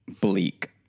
bleak